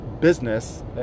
business